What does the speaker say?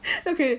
okay